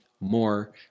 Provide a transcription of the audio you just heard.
more